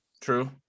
True